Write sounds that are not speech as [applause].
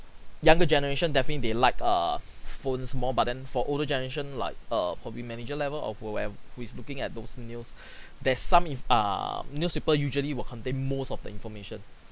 younger generation definitely they like err phones more but then for older generation like err probably manager level of whoev~ who is looking at those news [breath] there's some inf~ err newspaper usually will contain most of the information